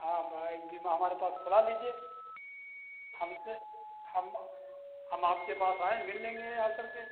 आप भाई एक बीमा हमारे पास खोला लीजिए हमसे हम हम आपके पास आऍं मिल लेंगे यहीं आकर के